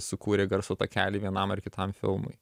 sukūrė garso takelį vienam ar kitam filmui